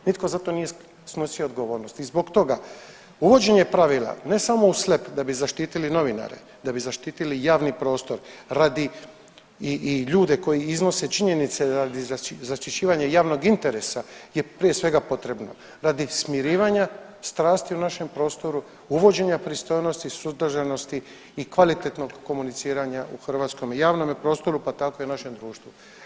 Nitko za to nije snosio odgovornost i zbog toga uvođenje pravila ne samo u slep da bi zaštitili novinare, da bi zaštitili javni prostor radi i ljude koji iznose činjenice radi zaštićivanja javnog interesa je prije svega potrebno radi smirivanje strasti u našem prostoru, uvođenja pristojnosti, suzdržanosti i kvalitetnog komuniciranja u hrvatskome javnome prostoru pa tako i našem društvu.